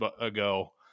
ago